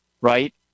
right